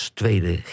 tweede